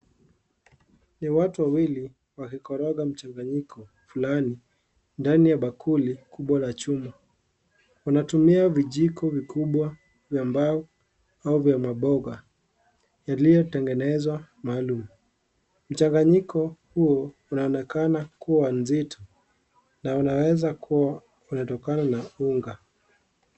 Ni watu wawili wakikoroga mchanganyiko fulani ndani ya bakuli kubwa la chuma. Wanatumia vijiko vikubwa vya mbao au vya maboga yaliyotengenezwa maalumu. Mchanganyiko huo unaonekana kuwa nzito na unaweza kuwa unatokana na unga.